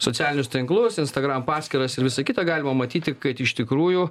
socialinius tinklus instagram paskyras ir visa kita galima matyti kad iš tikrųjų